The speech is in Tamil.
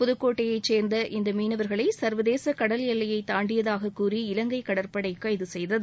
புதக்கோட்டை மாவட்டத்தைச் சேர்ந்த இந்த மீனவர்களை சர்வதேச கடல் எல்லையை தாண்டியதாக கூறிய இலங்கை கடற்படை கைது செய்தது